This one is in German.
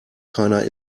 keiner